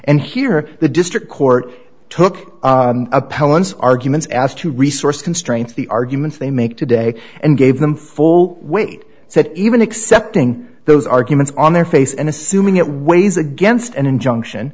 and here the district court took appellants arguments as to resource constraints the arguments they make today and gave them full weight said even accepting those arguments on their face and assuming it weighs against an injunction